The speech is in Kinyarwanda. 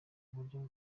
buryo